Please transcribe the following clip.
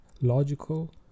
logical